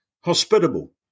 hospitable